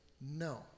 no